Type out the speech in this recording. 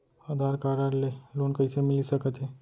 आधार card ले loan कइसे मिलिस सकत हे?